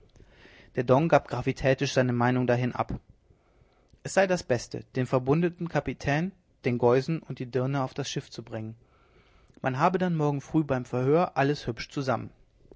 der don gab gravitätisch seine meinung dahin ab es sei das beste den verwundeten kapitän den geusen und die dirne auf das schiff zu bringen man habe dann morgen früh beim verhör alles hübsch zusammen